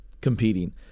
competing